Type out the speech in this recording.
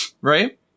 Right